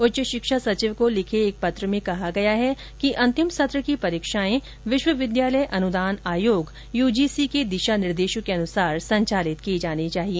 उच्च शिक्षा सचिव को लिखे एक पत्र में कहा गया है कि अंतिम सत्र की परीक्षाएं विश्वविद्यालय अनुदान आयोग के दिशा निर्देशों के अनुसार संचालित की जानी चाहिए